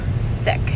sick